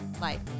life